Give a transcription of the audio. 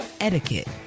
etiquette